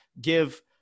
Give